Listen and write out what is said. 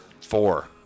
Four